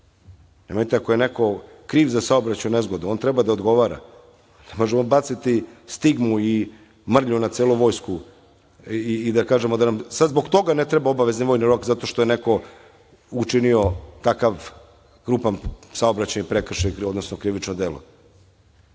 Nemojte ako je neko kriv za saobraćajnu nezgodu, on treba da odgovara, ne možemo baciti stigmu i mrlju na celu vojsku i da kažemo da nam zbog toga ne treba vojni rok, jer je neko učinio takav krupan saobraćajni prekršaj, odnosno krivično